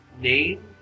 name